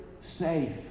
safe